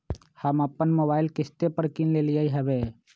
हम अप्पन मोबाइल किस्ते पर किन लेलियइ ह्बे